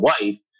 wife